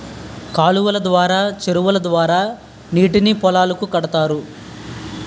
కాలువలు ద్వారా చెరువుల ద్వారా నీటిని పొలాలకు కడతారు